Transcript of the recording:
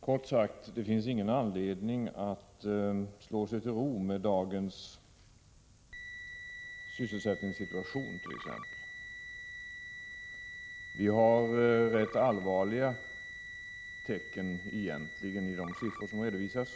Kort sagt: Det finns ingen anledning att slå sig till ro med dagens sysselsättningssituation, t.ex. Vi har egentligen rätt allvarliga tecken i de siffror som redovisas.